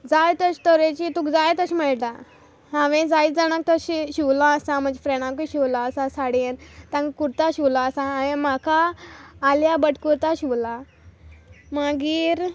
जाय तेश तरेचीं तुक जाय तश मेळटा हांवे जायत जाणाक तशें शिवलो आसा म्हाज फ्रेंडाकूय शिवलो आसा साडयेन तांक कुर्ता शिवलो आसा हांयें म्हाका आल्या भट्ट कुर्ता शिवला मागीर